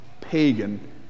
pagan